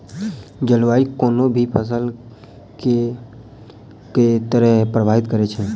जलवायु कोनो भी फसल केँ के तरहे प्रभावित करै छै?